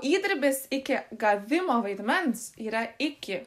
įdirbis iki gavimo vaidmens yra iki